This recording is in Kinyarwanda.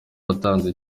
uwatanze